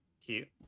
Cute